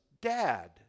dad